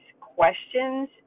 questions